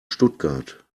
stuttgart